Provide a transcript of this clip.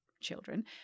children